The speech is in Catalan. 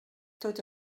tot